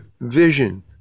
vision